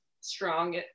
strong